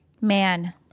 man